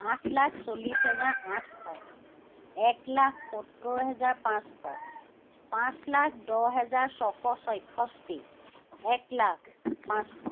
আঠ লাখ চল্লিচ হেজাৰ আঠশ এক লাখ সত্তৰ হেজাৰ পাঁচশ পাঁচ লাখ দহ হেজাৰ ছশ ছয়ষষ্ঠি এক লাখ পাঁচশ